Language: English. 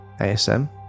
ASM